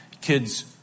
kids